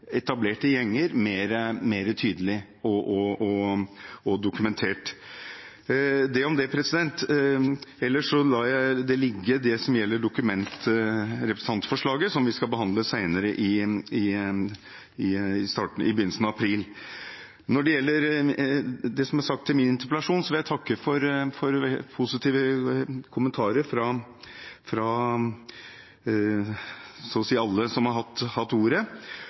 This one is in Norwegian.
etablerte gjenger mer tydelig og dokumentert. Ellers lar jeg det som gjelder representantforslaget, ligge, det skal vi behandle senere, i begynnelsen av april. Når det gjelder det som er sagt til min interpellasjon, vil jeg takke for positive kommentarer fra så å si alle som har hatt ordet.